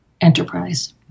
enterprise